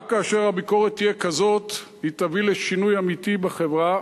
רק כאשר הביקורת תהיה כזאת היא תביא לשינוי אמיתי בחברה,